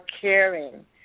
caring